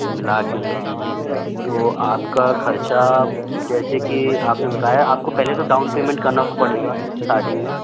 मिला कर हैं जी जी तो आपका ख़र्च जैसे कि आपने बताया आपको पहले तो डाउन पेमेंट करना पड़ेगा स्टार्टिंग में